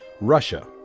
Russia